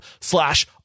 slash